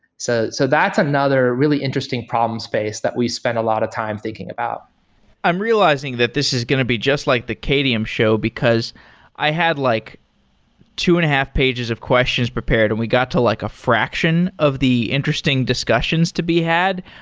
so so that's another really interesting problem space that we spend a lot of time thinking about i'm realizing that this is going to be just like the qadium show, because i had like two and a half pages of questions prepared and we got to like a fraction of the interesting discussions to be had,